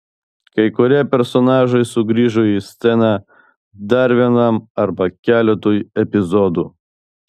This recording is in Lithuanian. kai kurie personažai sugrįžo į sceną dar vienam arba keletui epizodų